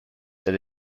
that